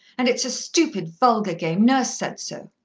and it's a stupid, vulgar game. nurse said so.